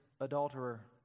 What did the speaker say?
adulterer